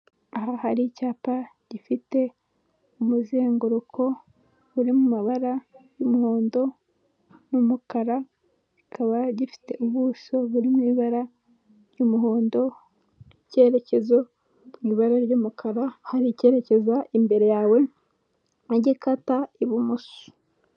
Aha hari icyapa gifite umuzenguruko uri mu mabara y'umuhondo n'umukara, kikaba gifite ubuso buri mu ibara ry'umuhondo, icyerekezo mu ibara ry'umukara hari icyerekeza imbere yawe n'igikata ibumoso.